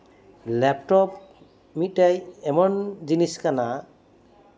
laptop ᱢᱤᱫᱴᱮᱡ ᱮᱢᱚᱱ ᱡᱤᱱᱤᱥ ᱠᱟᱱᱟ